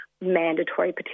mandatory